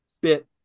bit